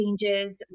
changes